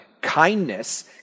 Kindness